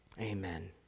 Amen